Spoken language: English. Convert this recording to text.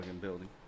building